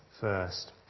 first